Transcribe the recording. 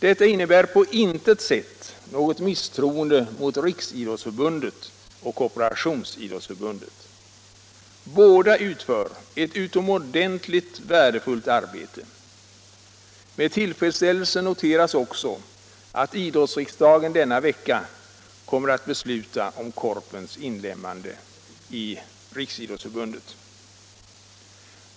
Detta innebär på intet sätt något misstroende mot Riksidrottsförbundet och Korporationsidrottsförbundet. Båda utför ett utomordentligt värdefullt arbete. Med tillfredsställelse noteras också att idrottsriksdagen denna vecka kommer att besluta om Korpens inlemmande i Riksidrottsförbundet.